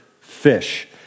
fish